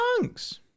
chunks